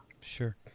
sure